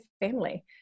family